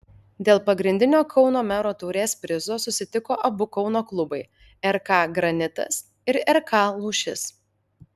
dėl pagrindinio kauno mero taurės prizo susitiko abu kauno klubai rk granitas ir rk lūšis